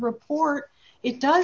report it does